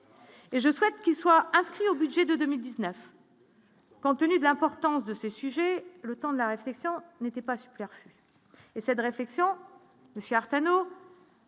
Et je souhaite qu'il soit inscrit au budget de 2019. Cantonné de l'importance de ces sujets, le temps de la réflexion n'était pas super et c'est de réflexion certaines